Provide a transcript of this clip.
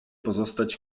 pozostać